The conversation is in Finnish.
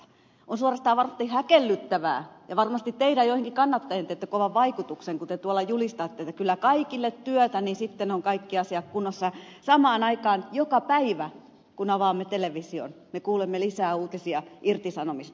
on suorastaan varsin häkellyttävää ja varmasti joihinkin kannattajiinne teette kovan vaikutuksen kun te tuolla julistatte että kyllä kaikille työtä niin sitten on kaikki asiat kunnossa ja samaan aikaan joka päivä kun avaamme television me kuulemme lisää uutisia irtisanomisista